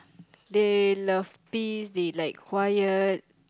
they love busy like quiet